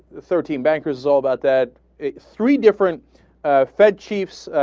thirteen bankers all about that it three different ah. fed chiefs